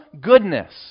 goodness